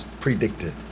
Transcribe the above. predicted